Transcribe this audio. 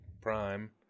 Prime